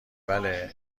بله